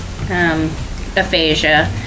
aphasia